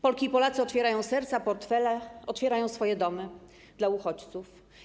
Polki i Polacy otwierają serca, portfele, otwierają swoje domy dla uchodźców.